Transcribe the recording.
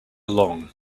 along